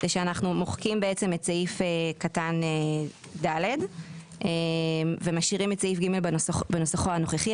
שאנחנו מוחקים את סעיף (ד) ומשאירים את סעיף ג בנוסחו הנוכחי.